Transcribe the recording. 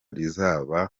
rizaba